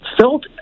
felt